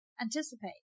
anticipate